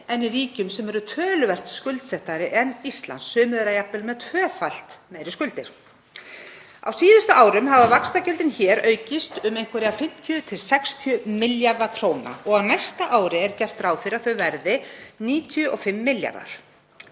en í ríkjum sem eru töluvert skuldsettari en Ísland, sum þeirra jafnvel með tvöfalt meiri skuldir. Á síðustu árum hafa vaxtagjöldin hér aukist um einhverja 50–60 milljarða kr. og á næsta ári er gert ráð fyrir að þau verði 95 milljarðar.